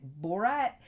Borat